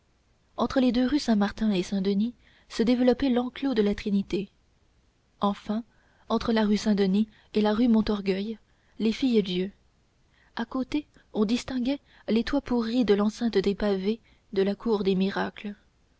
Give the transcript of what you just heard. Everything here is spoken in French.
entre les deux rues saint-martin et saint-denis se développait l'enclos de la trinité enfin entre la rue saint-denis et la rue montorgueil les filles dieu à côté on distinguait les toits pourris et l'enceinte dépavée de la cour des miracles